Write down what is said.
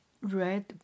red